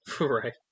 right